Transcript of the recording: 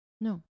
No